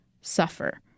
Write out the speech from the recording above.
suffer